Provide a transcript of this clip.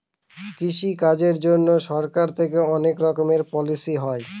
কৃষি কাজের জন্যে সরকার থেকে অনেক রকমের পলিসি হয়